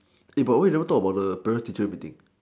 eh but why you never talk about the parents teacher meeting